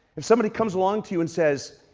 if somebody comes along to you and says,